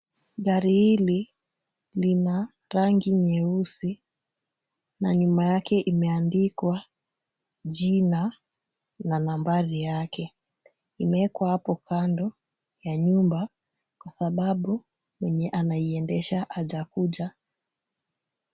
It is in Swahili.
Gari hili lina rangi nyeusi na nyuma yake imeandikwa jina na nambari yake. Imeekwa hapo kando ya nyumba kwa sababu mwenye anaiendesha hajakuja.